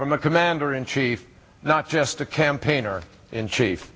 from the commander in chief not just a campaigner in chief